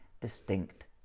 distinct